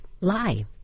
lie